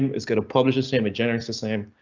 is going to publish the same. it generates the same.